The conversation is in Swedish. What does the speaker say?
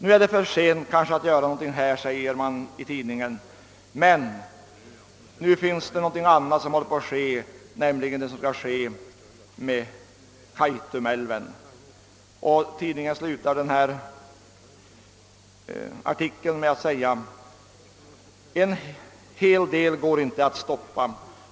Nu är det kanske för sent att göra någonting, menar tidningen, men någonting annat är i görningen, nämligen det som skall hända med Kaitumälven. Tidningsartikeln slutar med orden: »En hel del går ej att stoppa.